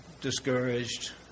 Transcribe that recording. discouraged